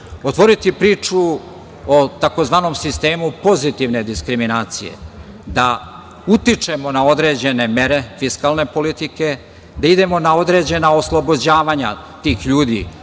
otvoriti priču o tzv. sistemu pozitivne diskriminacije, da utičemo na određene mere fiskalne politike, da idemo na određena oslobođenja tih ljudi